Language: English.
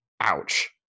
Ouch